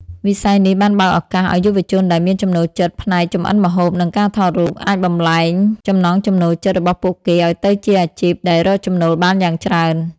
វិស័យនេះបានបើកឱកាសឱ្យយុវជនដែលមានចំណូលចិត្តផ្នែកចម្អិនម្ហូប និងការថតរូប អាចបំប្លែងចំណង់ចំណូលចិត្តរបស់ពួកគេឱ្យទៅជាអាជីពដែលរកចំណូលបានយ៉ាងច្រើន។